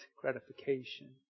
gratification